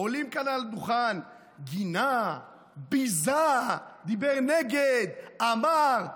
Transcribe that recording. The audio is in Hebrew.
עולים כאן אל הדוכן: גינה, ביזה, דיבר נגד, אמר.